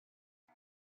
you